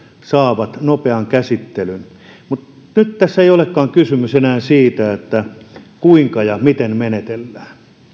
saavat nopean käsittelyn mutta nyt tässä ei olekaan kysymys enää siitä kuinka ja miten menetellään